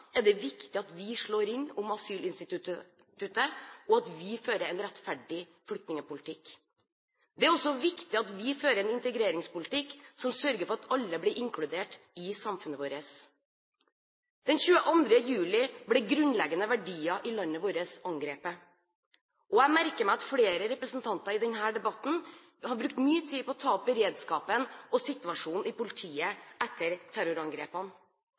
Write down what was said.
er det viktig at vi slår ring om asylinstituttet, og at vi fører en rettferdig flyktningpolitikk. Det er også viktig at vi fører en integreringspolitikk som sørger for at alle blir inkludert i samfunnet vårt. Den 22. juli ble grunnleggende verdier i landet vårt angrepet, og jeg merker meg at flere representanter i denne debatten har brukt mye tid på å ta opp beredskapen og situasjonen i politiet etter terrorangrepene.